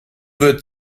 wird